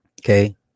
Okay